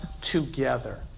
together